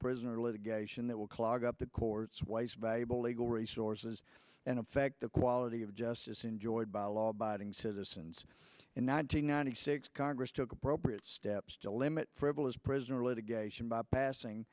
prisoner litigation that will clog up the courts waste valuable legal resources and affect the quality of justice enjoyed by law abiding citizens in nine hundred ninety six congress took appropriate steps to limit frivolous prisoner litigation by passing